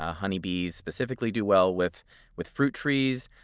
ah honey bees specifically do well with with fruit trees.